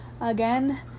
again